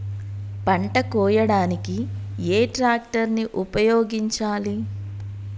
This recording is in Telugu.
పంట కోయడానికి ఏ ట్రాక్టర్ ని ఉపయోగించాలి?